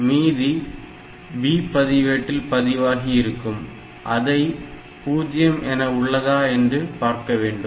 ஆக மீதி B பதிவேட்டில் பதிவாகி இருக்கும் அதை 0 என உள்ளதா என்று பார்க்க வேண்டும்